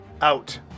Out